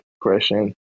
question